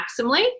maximally